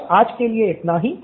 बस आज के लिए इतना ही